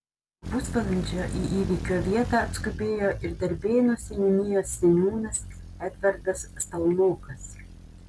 po pusvalandžio į įvykio vietą atskubėjo ir darbėnų seniūnijos seniūnas edvardas stalmokas